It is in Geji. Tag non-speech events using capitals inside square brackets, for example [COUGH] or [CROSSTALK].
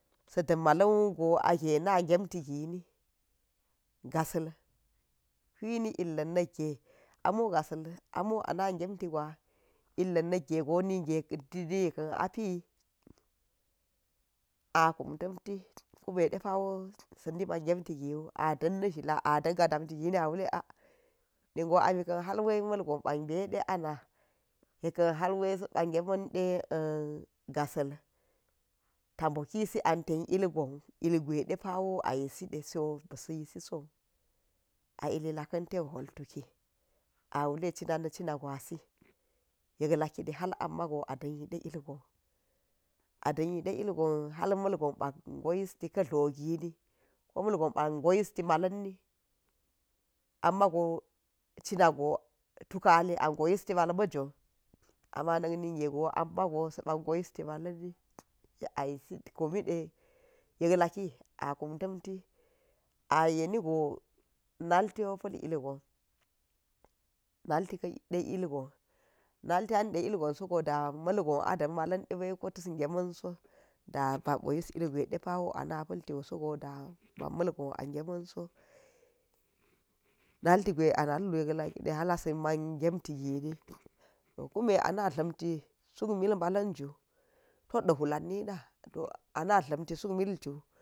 Sa̱ dammala̱n wugo a ge na gemti gini gasa̱l hwini illa̱n na̱kge amo gasal amo ana gem ti gwa ilan nak ge go ni ka̱n a pi, a kum tamti a kune pawo sa̱ nima gemti gi wu a dan na̱ zhalla a danga tamti gini ni go ami kan halwai malgon ɓa̱ ɓe de ana yekkan hal wai sa ba geman de [HESITATION] gasa̱l ta mbokisi an ten ilgon ilgwe depawo ayiside so ba sa yisisow a ililakan ten hwol tuki a wule cina na̱ cina gwasi yek wai de hal amago a din yide ilgon, adinyide ilgan hal ma̱l gon ɓa̱ go yisti ka̱ dho gini ko malgon ba go histi malan ni amma go cina cinago tukali ago yisti mal ma̱jon ama na̱nige go ama go sa̱ ɓa go yisti malan ni yek a yisi kumi de yek laki a kum tamti a yen go nati wo pa̱l ilgon nalti ke ilgn nalti anide ilgon sago da malgon a dam malan de ta̱s gemin so daba ɓo yis ilgwe depawo ana pal tiwo so go malgon a geman so nalti gwe a nalwu yek lakide hal hal asa man gemtigina to kume ana dlamti suk milba la̱n ju tot a̱ hwula ni da, to a na dlamti suk milju.